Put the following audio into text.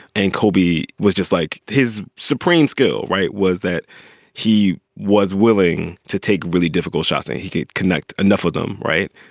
and kobe was just like his supreme skill, right. was that he was willing to take really difficult shots and he could connect enough with them. right.